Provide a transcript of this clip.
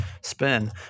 spin